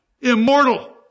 immortal